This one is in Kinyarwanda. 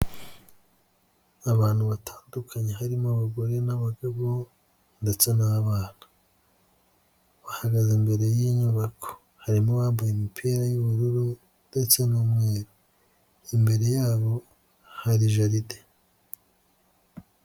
Abantu batandukanye harimo abagore n'abagabo ndetse n'abana, bahagaze imbere y'inyubako harimo abambaye imipira y'ubururu ndetse n'umweru imbere yabo hari jaride.